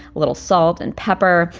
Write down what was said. a little salt and pepper,